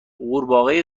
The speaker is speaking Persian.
غورباغه